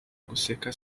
guseka